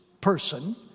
person